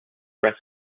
breast